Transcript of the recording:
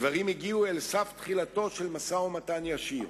הדברים הגיעו אל סף תחילתו של משא-ומתן ישיר,